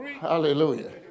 Hallelujah